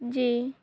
جی